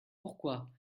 pourquoi